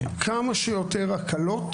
תתנו כמה שיותר הקלות,